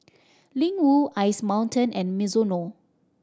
Ling Wu Ice Mountain and Mizuno